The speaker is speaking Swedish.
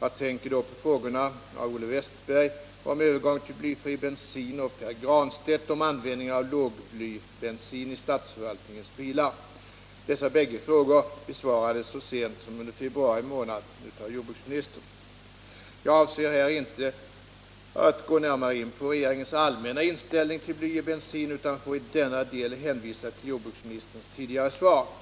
Jag tänker då på frågorna av Olle Wästberg om övergång till blyfri bensin och av Pär Granstedt om användning av lågblybensin i statsförvaltningens bilar. Dessa bägge frågor besvarades så sent som under februari månad av jordbruksministern. Jag avser här inte att gå närmare in på regeringens allmänna inställning till bly i bensin utan får i denna del hänvisa till jordbruksministerns tidigare svar.